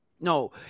no